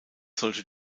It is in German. solche